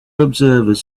observers